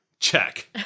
Check